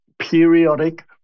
periodic